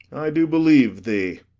i do believe thee.